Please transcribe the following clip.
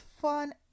fun